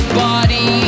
body